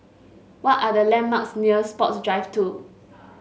what are the landmarks near Sports Drive Two